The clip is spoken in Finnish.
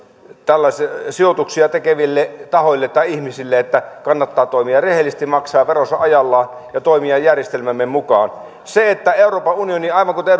tällaisia sijoituksia tekeville ihmisille että kannattaa toimia rehellisesti maksaa veronsa ajallaan ja toimia järjestelmämme mukaan euroopan unionissa aivan kuten